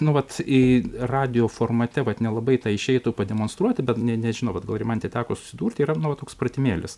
nu vat i radijo formate vat nelabai tą išeitų pademonstruoti bet ne nežinau vat gal rimante teko susidurti yra toks pratimėlis